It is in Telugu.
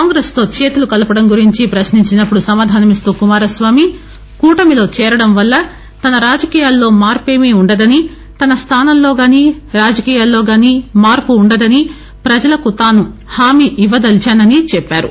కాంగ్రెస్ తో చేతులు కలపడం గురించి ప్రశ్ని ంచినప్పుడు సమాధానమిస్తూ కుమారస్వామి కూటమిలో చేరడం వల్ల తన రాజకీయాల్లో మార్పేమి ఉండదనీ తన స్థానంలో గానీ రాజకీయాల్లో గానీ మార్పు ఉండదని ప్రజలకు తాను హామీ ఇవ్వదలిచాననీ చెప్పారు